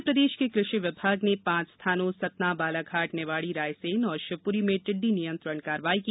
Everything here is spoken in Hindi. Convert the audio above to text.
मध्य प्रदेश के कृषि विभाग ने पांच स्थानों सतना बालाघाट निवाड़ी रायसेन औऱ शिवप्री में टिड्डी नियंत्रण कार्रवाई की